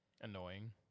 Annoying